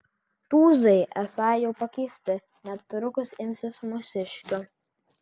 tūzai esą jau pakeisti netrukus imsis mūsiškių